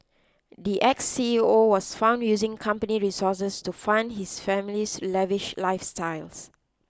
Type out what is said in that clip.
the ex C E O was found using company resources to fund his family's lavish lifestyles